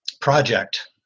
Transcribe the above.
project